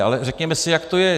Ale řekněme si, jak to je.